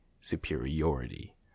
superiority